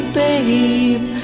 babe